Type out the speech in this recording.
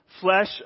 flesh